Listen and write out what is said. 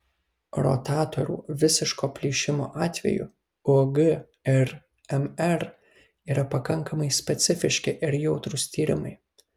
rotatorių visiško plyšimo atveju ug ir mr yra pakankamai specifiški ir jautrūs tyrimai